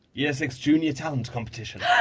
year six junior talent competition.